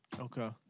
Okay